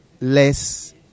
less